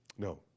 No